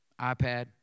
iPad